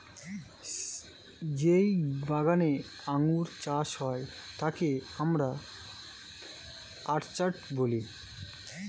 যেই বাগানে আঙ্গুর চাষ হয় তাকে আমরা অর্চার্ড বলি